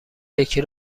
یکی